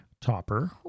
topper